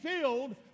filled